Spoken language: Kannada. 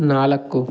ನಾಲ್ಕು